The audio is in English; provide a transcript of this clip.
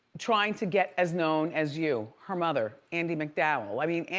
trying to get as known as you, her mother andie macdowell. i mean,